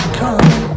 come